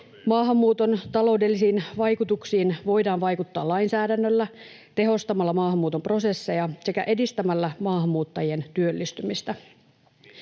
Maahanmuuton taloudellisiin vaikutuksiin voidaan vaikuttaa lainsäädännöllä, tehostamalla maahanmuuton prosesseja sekä edistämällä maahanmuuttajien työllistymistä.